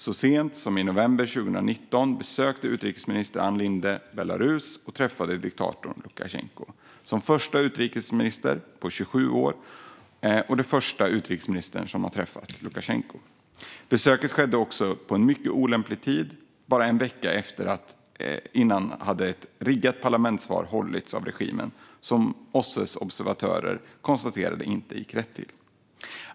Så sent som i november 2019 besökte utrikesminister Ann Linde Belarus som första utrikesminister på 27 år. Hon var då också den första utrikesminister som träffade diktatorn Lukasjenko. Besöket skedde vid en mycket olämplig tid. Bara en vecka innan hade regimen hållit ett riggat parlamentsval som OSSE:s observatörer konstaterade inte gick rätt till.